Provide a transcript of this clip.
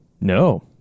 no